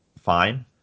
fine